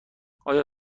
آیا